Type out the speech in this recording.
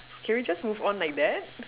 can we just move on like that